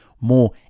more